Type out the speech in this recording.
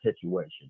situation